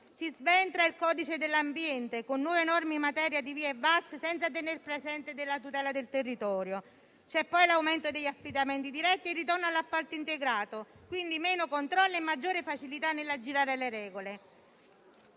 Si sventra il codice dell'ambiente con nuove norme in materia di VIA e VAS, senza tener presente la tutela del territorio. C'è poi l'aumento degli affidamenti diretti e il ritorno all'appalto integrato: quindi meno controlli e maggiore facilità nell'aggirare le regole.